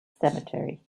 cemetery